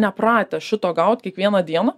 nepratę šito gaut kiekvieną dieną